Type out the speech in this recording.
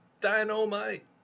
Dynamite